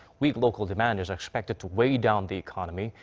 weak local demand is expected to weigh down the economy.